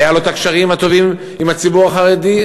היו לו הקשרים הטובים עם הציבור החרדי,